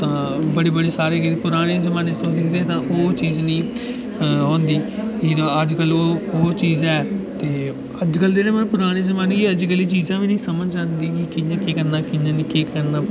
बड़े बड़े साढ़े कि पराने जमाने च तुस दिखदे हे तां ओह् चीज निं ही होंदी कि अजकल ओह् चीज ऐ ते अजकल जेह्ड़े मतलब पराने जमाने दे अजकल चीजां समझ निं आंदियां कि'यां केह् करना कि'यां नेईं करना